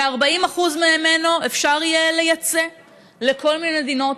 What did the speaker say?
כ-40% ממנו יהיה אפשר לייצא לכל מיני מדינות.